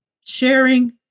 sharing